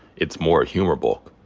it's more a humor book.